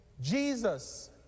Jesus